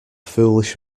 foolish